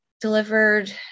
delivered